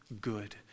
good